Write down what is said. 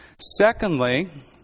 Secondly